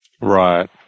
Right